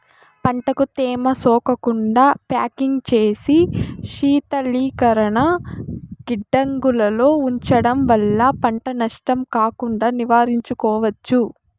పంటకు తేమ సోకకుండా ప్యాకింగ్ చేసి శీతలీకరణ గిడ్డంగులలో ఉంచడం వల్ల పంట నష్టం కాకుండా నివారించుకోవచ్చు